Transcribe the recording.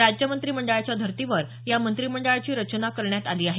राज्य मंत्रिमंडळाच्या धर्तीवर या मंत्रिमंडळाची रचना करण्यात आली आहे